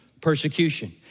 persecution